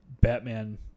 batman